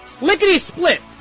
Lickety-split